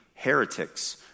heretics